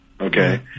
Okay